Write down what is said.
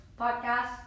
podcast